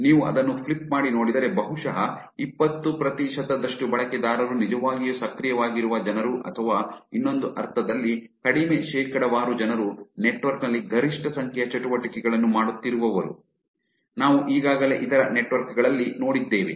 ನೀವು ಅದನ್ನು ಫ್ಲಿಪ್ ಮಾಡಿ ನೋಡಿದರೆ ಬಹುಶಃ ಇಪ್ಪತ್ತು ಪ್ರತಿಶತದಷ್ಟು ಬಳಕೆದಾರರು ನಿಜವಾಗಿಯೂ ಸಕ್ರಿಯವಾಗಿರುವ ಜನರು ಅಥವಾ ಇನ್ನೊಂದು ಅರ್ಥದಲ್ಲಿ ಕಡಿಮೆ ಶೇಕಡಾವಾರು ಜನರು ನೆಟ್ವರ್ಕ್ನಲ್ಲಿ ಗರಿಷ್ಠ ಸಂಖ್ಯೆಯ ಚಟುವಟಿಕೆಗಳನ್ನು ಮಾಡುತ್ತಿರುವವರು ನಾವು ಈಗಾಗಲೇ ಇತರ ನೆಟ್ವರ್ಕ್ಗಳಲ್ಲಿ ನೋಡಿದ್ದೇವೆ